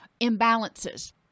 imbalances